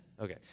Okay